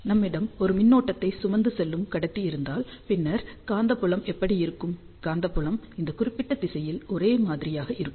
நம்மிடம் ஒரு மின்னோட்டத்தை சுமந்து செல்லும் கடத்தி இருந்தால் பின்னர் காந்தப்புலம் எப்படி இருக்கும் காந்தப்புலம் இந்த குறிப்பிட்ட திசையில் ஒரே மாதிரியாக இருக்கும்